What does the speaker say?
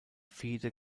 fehde